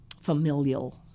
familial